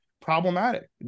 problematic